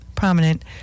Prominent